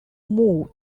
move